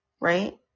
right